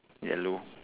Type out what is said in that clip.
yellow